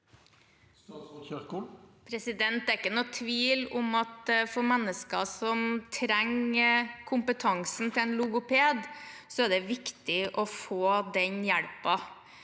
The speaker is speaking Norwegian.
Det er ikke noen tvil om at for mennesker som trenger kompetansen til en logoped, er det viktig å få den hjelpen.